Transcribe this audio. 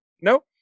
nope